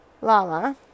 Lala